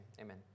amen